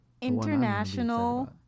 International